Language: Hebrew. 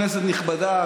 כנסת נכבדה,